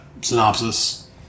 synopsis